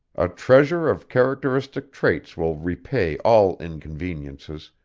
a treasure of characteristic traits will repay all inconveniences,